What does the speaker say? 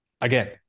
again